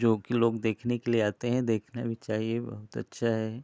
जो कि लोग देखने के लिए आते हैं देखना भी चाहिए बहुत अच्छा है